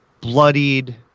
bloodied